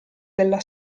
della